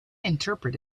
interpret